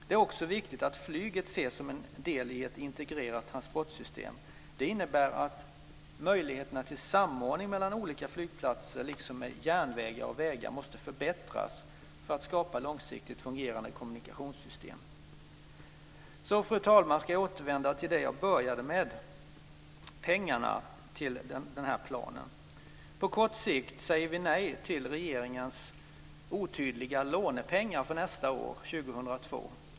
Det är också viktigt att flyget ses som en del i ett integrerat transportsystem. Det innebär att möjligheterna till samordning mellan olika flygplatser liksom med järnvägar och vägar måste förbättras för att skapa långsiktigt fungerande kommunikationssystem. Fru talman! Jag återvänder så till det jag började med, nämligen pengarna till planen. På kort sikt säger vi nej till regeringens otydliga lånepengar för år 2002.